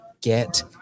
get